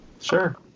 Sure